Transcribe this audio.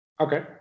Okay